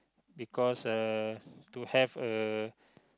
because uh to have a